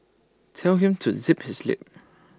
tell him to zip his lip